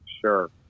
Sure